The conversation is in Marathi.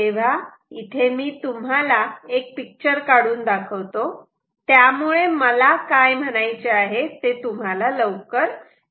तेव्हा इथे मी तुम्हाला एक पिक्चर काढून दाखवतो त्यामुळे मला काय म्हणायचे आहे ते तुम्हाला लवकर समजले